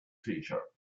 teacher